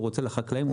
הוא רוצה לחקלאים,